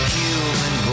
human